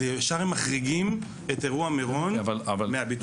הם ישר מחריגים את אירוע מירון מהביטוח.